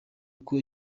uko